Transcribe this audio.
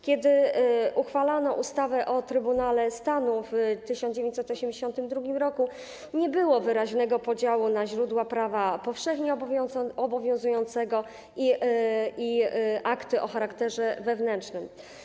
Kiedy uchwalano ustawę o Trybunale Stanu w 1982 r., nie było wyraźnego podziału na źródła prawa powszechnie obowiązującego i akty o charakterze wewnętrznym.